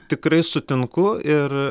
tikrai sutinku ir